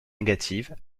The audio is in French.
négative